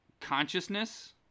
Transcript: consciousness